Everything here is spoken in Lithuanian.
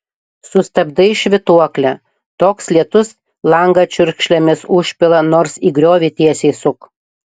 sustabdai švytuoklę toks lietus langą čiurkšlėmis užpila nors į griovį tiesiai suk